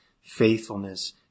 faithfulness